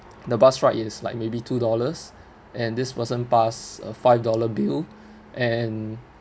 the bus ride is like maybe two dollars and this person passed a five dollar bill and